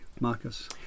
Marcus